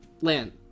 land